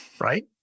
Right